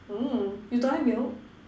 you don't like milk